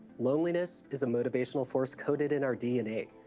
loneliness is a motivational force coded in our dna.